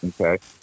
Okay